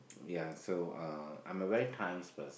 ya so uh I'm a very times person